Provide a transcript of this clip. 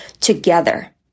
together